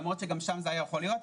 למרות שגם שם זה היה יכול להיות.